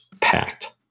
packed